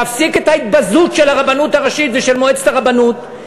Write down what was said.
להפסיק את ההתבזות של הרבנות הראשית ושל מועצת הרבנות,